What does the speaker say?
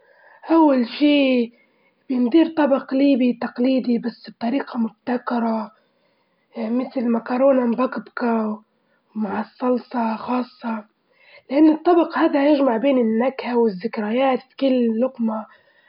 أول شي بندير طبق ليبي تقليدي بس بطريقة مبتكرة، مثل مكرونة مبكبكة ومع الصلصة خاصة، لإن الطبق هذا يجمع بين النكهة والذكريات في كل لقمة.